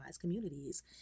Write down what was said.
communities